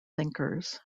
thinkers